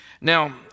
Now